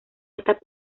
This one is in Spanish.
estas